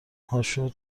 هاشو